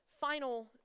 final